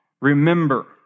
Remember